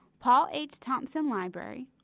paul h. thompson library,